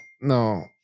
no